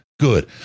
good